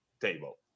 table